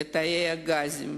לתאי הגזים,